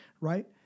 Right